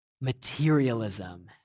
Materialism